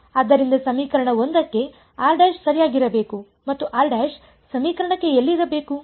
ಆದ್ದರಿಂದ ಸಮೀಕರಣ 1 ಕ್ಕೆ ಸರಿಯಾಗಿರಬೇಕು ಮತ್ತು ಸಮೀಕರಣಕ್ಕೆ ಎಲ್ಲಿರಬೇಕು